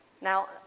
Now